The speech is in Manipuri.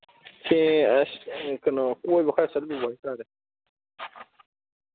ꯊꯦꯡꯉꯦ ꯑꯁ ꯀꯩꯅꯣ ꯀꯣꯏꯕ ꯈꯔ ꯆꯠꯂꯨꯕ ꯍꯥꯏꯕ ꯇꯥꯔꯦ